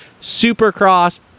Supercross